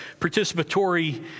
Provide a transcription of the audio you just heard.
participatory